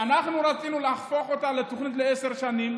אנחנו רצינו להפוך אותה לתוכנית לעשר שנים,